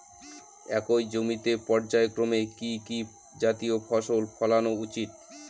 একই জমিতে পর্যায়ক্রমে কি কি জাতীয় ফসল ফলানো উচিৎ?